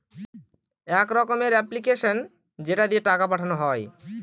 এক রকমের এপ্লিকেশান যেটা দিয়ে টাকা পাঠানো হয়